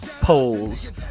polls